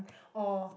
oh